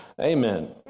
Amen